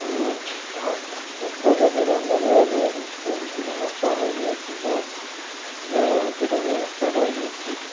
ନିଜ ଏକ ଜାଗାରୁ ଅନ୍ୟ ଜାଗା ଯିବା ଏକ ବିଭିନ୍ନ ସହ ଯିବାକୁ ବସ୍ ରେଳ ଆଦିର ବ୍ୟବସ୍ଥା ରହିଅଛି